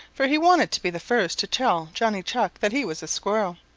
for he wanted to be the first to tell johnny chuck that he was a squirrel.